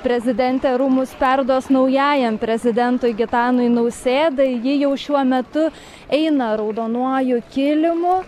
prezidentė rūmus perduos naujajam prezidentui gitanui nausėdai ji jau šiuo metu eina raudonuoju kilimu